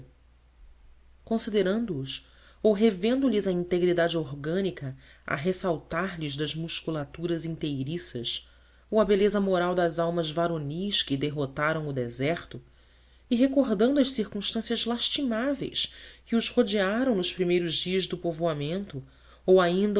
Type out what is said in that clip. bravura considerando os ou revendo lhes a integridade orgânica a ressaltar lhes das musculaturas inteiriças ou a beleza moral das almas varonis que derrotaram o deserto e recordando as circunstâncias lastimáveis que os rodearam nos primeiros dias do povoamento ou que ainda